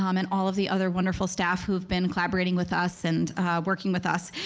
um and all of the other wonderful staff who've been collaborating with us and working with us,